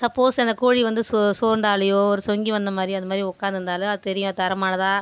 suppose அந்த கோழி வந்து சோ சோர்ந்தாலையோ ஒரு சொங்கி வந்த மாதிரி அது மாதிரி உட்காந்துருந்தாலோ அது தெரியும் அது தரமானதாக